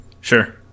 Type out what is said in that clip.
sure